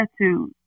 attitude